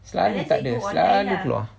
selalu tak ada selalu keluar